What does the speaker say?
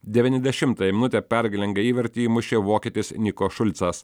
devyniasdešimtą minutę pergalingą įvartį įmušė vokietis niko šulcas